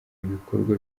ibikorwa